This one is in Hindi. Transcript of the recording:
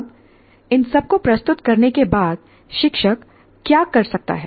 अब इन सब को प्रस्तुत करने के बाद शिक्षक क्या कर सकता है